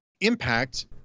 impact